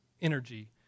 energy